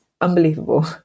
unbelievable